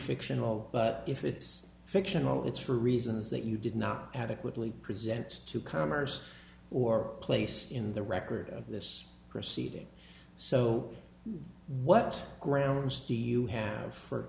fictional but if it's fictional it's for reasons that you did not adequately present to commerce or place in the record of this proceeding so what grounds do you have for